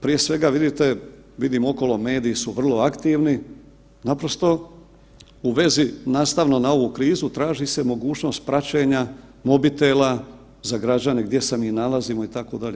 Prije svega vidite, vidim okolo mediji su vrlo aktivni, naprosto u vezi nastavno na ovu krizu traži se mogućnost praćenja mobitela za građane gdje se mi nalazimo itd.